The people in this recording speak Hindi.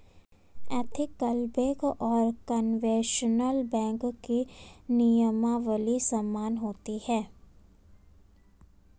एथिकलबैंक और कन्वेंशनल बैंक की नियमावली समान होती है